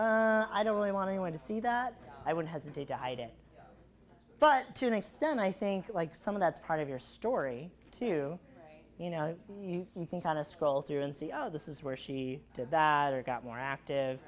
don't want anyone to see that i would hesitate to hide it but to an extent i think like some of that's part of your story too you know you can kind of scroll through and see oh this is where she did that or got more active